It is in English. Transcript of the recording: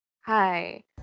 Hi